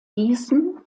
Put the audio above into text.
gießen